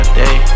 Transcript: day